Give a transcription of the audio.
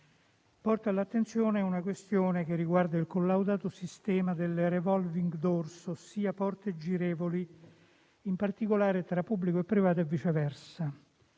porto all'attenzione una questione che riguarda il collaudato sistema delle *revolving door*, ossia porte girevoli, in particolare tra pubblico e privato, e viceversa.